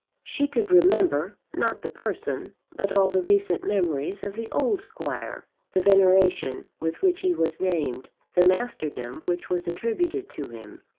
she could remember, not the person, but all the recent memories of the old squire, the veneration with which he was named, the masterdom which was attributed to him,